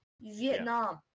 Vietnam